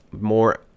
more